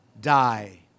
die